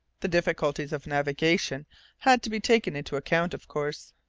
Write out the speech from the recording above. the difficulties of navigation had to be taken into account, of course.